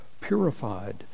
purified